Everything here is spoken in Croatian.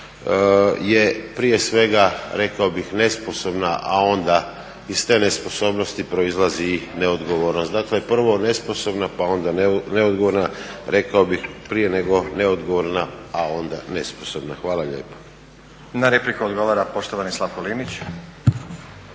je prije svega rekao bih nesposobna, a onda iz te nesposobnosti proizlazi i neodgovornost. Dakle prvo nesposobna pa onda neodgovorna rekao bih prije nego neodgovorna, a onda nesposobna. Hvala lijepo. **Stazić, Nenad (SDP)** Na repliku odgovara poštovani Slavko Linić.